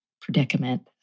predicament